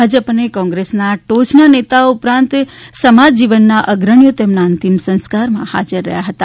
ભાજપ અને કોંગ્રેસના ટોચના નેતાઓ ઉપરાંત સમાજ જીવનના અગ્રણી ઓ તેમના અંતિમ સંસ્કાર હાજર રહ્યા હતા